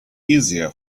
easier